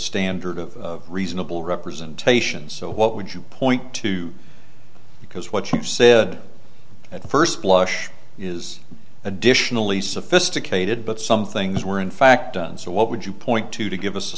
standard of reasonable representation so what would you point to because what you said at the first blush is additionally sophisticated but some things were in fact done so what would you point to to give us a